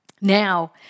Now